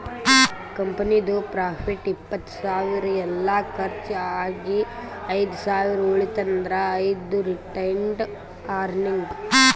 ಕಂಪನಿದು ಪ್ರಾಫಿಟ್ ಇಪ್ಪತ್ತ್ ಸಾವಿರ ಎಲ್ಲಾ ಕರ್ಚ್ ಆಗಿ ಐದ್ ಸಾವಿರ ಉಳಿತಂದ್ರ್ ಅದು ರಿಟೈನ್ಡ್ ಅರ್ನಿಂಗ್